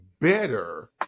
better